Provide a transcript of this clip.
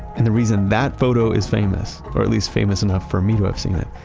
and the reason that photo is famous, or at least famous enough for me to have seen it,